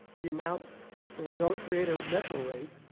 the amount or we don't create a metro rate,